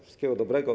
Wszystkiego dobrego.